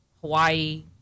Hawaii